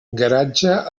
garatge